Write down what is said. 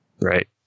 Right